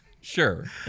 Sure